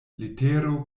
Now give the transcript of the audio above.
letero